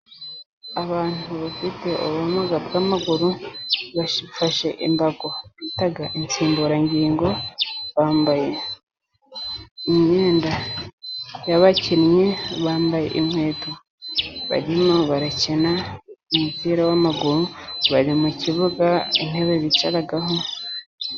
Abantu bafite ubumuga bw'amaguru, bafashe imbago bita insimburangingo, bambaye imyenda yabakinnyi, bambaye inkweto barimo barakina umupira w'amaguru, bari mu kibuga intebe bicaraho,